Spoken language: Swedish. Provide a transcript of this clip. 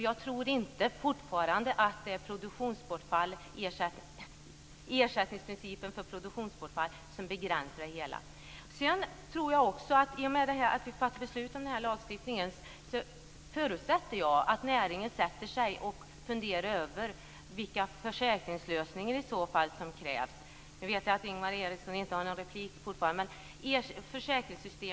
Jag tror fortfarande inte att det är ersättningsprincipen för produktionsbortfall som begränsar det hela. I och med att vi fattar beslut om lagstiftningen förutsätter jag att näringen funderar över vilka försäkringslösningar som i så fall krävs. Jag vet att Ingvar Eriksson inte har någon replik.